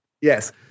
Yes